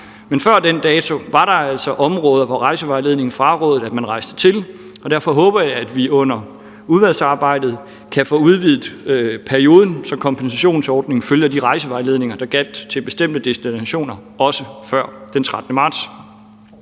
men før den dato var der altså områder, som rejsevejledningen frarådede at man rejste til. Derfor håber jeg, at vi under udvalgsarbejdet kan få udvidet perioden, så kompensationsordningen følger de rejsevejledninger, der var gældende til bestemte destinationer også før den 13. marts.